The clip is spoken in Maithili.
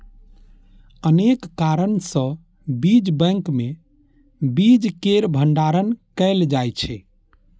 अनेक कारण सं बीज बैंक मे बीज केर भंडारण कैल जाइ छै